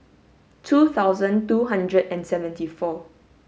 two thousand two hundred and seventy four